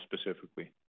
specifically